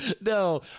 no